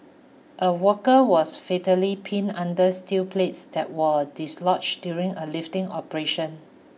a worker was fatally pinned under steel plates that were dislodged during a lifting operation